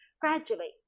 gradually